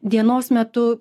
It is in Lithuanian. dienos metu